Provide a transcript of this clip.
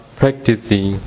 practicing